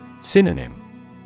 Synonym